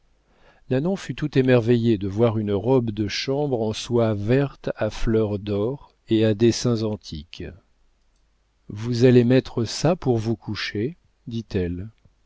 fut tout émerveillée de voir une robe de chambre en soie verte à fleurs d'or et à dessins antiques vous allez mettre ça pour vous coucher dit-elle